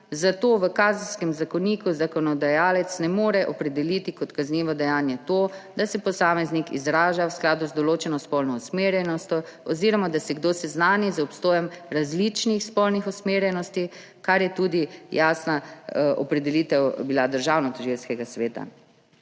zato v Kazenskem zakoniku zakonodajalec ne more opredeliti kot kaznivo dejanje to, da se posameznik izraža v skladu z določeno spolno usmerjenostjo oziroma da se kdo seznani z obstojem različnih spolnih usmerjenosti, kar je bila tudi jasna opredelitev Državnotožilskega sveta.